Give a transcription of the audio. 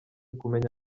kumenya